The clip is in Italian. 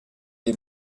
dei